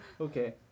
Okay